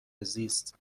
زیست